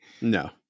No